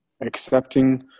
accepting